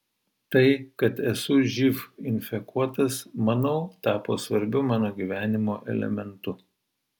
tai kad esu živ infekuotas manau tapo svarbiu mano gyvenimo elementu